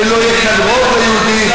ולא יהיה כאן רוב ליהודים,